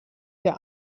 der